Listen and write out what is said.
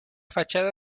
fachada